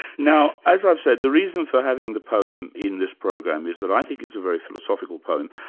now as i've said, the reason for having the poem in this program is that i think it's a very philosophical poem,